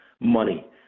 Money